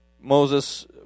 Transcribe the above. Moses